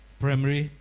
primary